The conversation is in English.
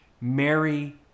Mary